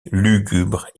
lugubre